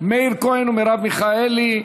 מאיר כהן ומרב מיכאלי.